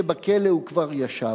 שבכלא הוא כבר ישב.